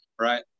Right